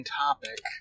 topic